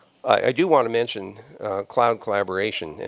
i do want to mention cloud collaboration. and